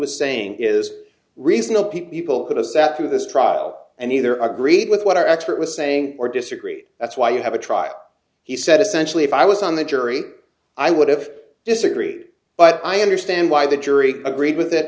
was saying is reasonable people could have sat through this trial and either agreed with what our expert was saying or disagree that's why you have a trial he said essentially if i was on the jury i would have disagreed but i understand why the jury agreed with